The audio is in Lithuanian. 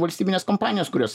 valstybinės kompanijos kurios